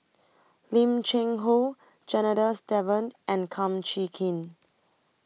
Lim Cheng Hoe Janadas Devan and Kum Chee Kin